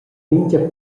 mintga